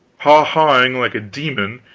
haw-hawing like a demon,